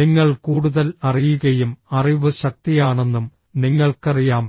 നിങ്ങൾ കൂടുതൽ അറിയുകയും അറിവ് ശക്തിയാണെന്നും നിങ്ങൾക്കറിയാം